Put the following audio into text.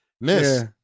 miss